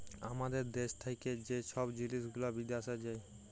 আমাদের দ্যাশ থ্যাকে যে ছব জিলিস গুলা বিদ্যাশে যায়